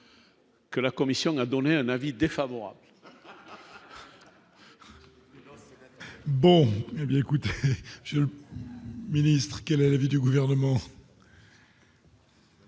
Que la commission n'a donné un avis défavorable.